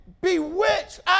bewitched